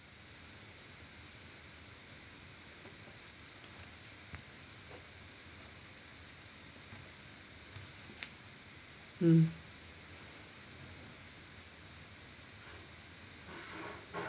mm